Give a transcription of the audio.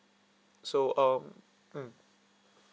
so um mm